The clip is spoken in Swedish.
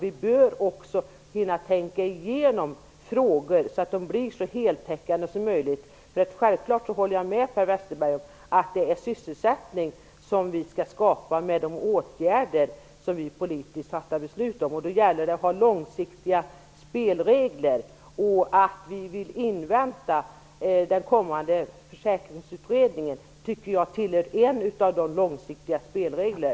Vi bör också hinna tänka igenom frågorna så att de blir så heltäckande belysta som möjligt. Självklart håller jag med Per Westerberg att det är sysselsättning som vi skall skapa med de åtgärder vi politiskt fattar beslut om. Då gäller det att ha långsiktiga spelregler. Att invänta Försäkringsutredningens slutbetänkande tycker jag tillhör dessa långsiktiga spelregler.